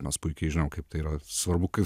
nes puikiai žinau kaip tai yra svarbu kaip